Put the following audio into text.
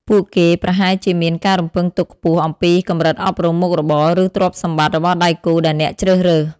ពួកគេប្រហែលជាមានការរំពឹងទុកខ្ពស់អំពីកម្រិតអប់រំ មុខរបរ ឬទ្រព្យសម្បត្តិរបស់ដៃគូដែលអ្នកជ្រើសរើស។